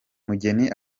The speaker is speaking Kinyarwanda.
mugeni